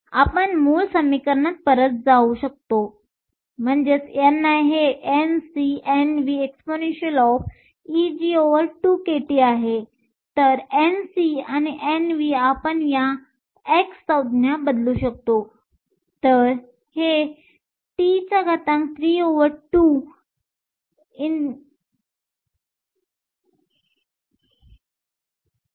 आपण मूळ समीकरणावर परत जाऊ शकतो ni NcNvexp Eg2kT आहे Nc आणि Nv आपण या x संज्ञा बदलू शकतो